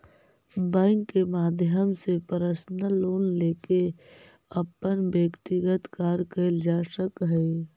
bank के माध्यम से पर्सनल लोन लेके अपन व्यक्तिगत कार्य कैल जा सकऽ हइ